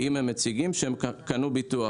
אם הם מציגים שהם קנו ביטוח.